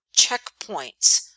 checkpoints